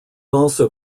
also